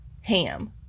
ham